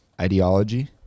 ideology